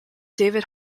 david